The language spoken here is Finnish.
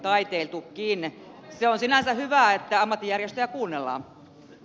se on sinänsä hyvä että ammattijärjestöjä kuunnellaan